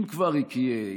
אם כבר היא תהיה,